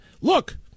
Look